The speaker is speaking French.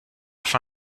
fin